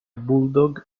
bulldog